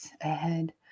ahead